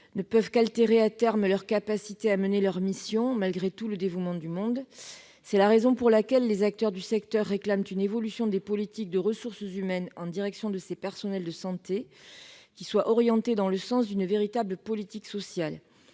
ne peuvent qu'altérer, à terme, leur capacité à mener leurs missions, malgré tout le dévouement du monde. C'est la raison pour laquelle les acteurs du secteur réclament une évolution des politiques de ressources humaines en direction de ces personnels de santé qui soit orientée dans le sens d'une véritable politique sociale.